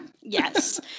Yes